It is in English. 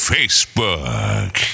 Facebook